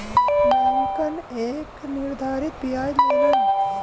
बैंकन एक निर्धारित बियाज लेला